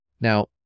Now